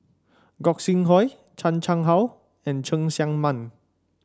Gog Sing Hooi Chan Chang How and Cheng Tsang Man